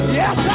yes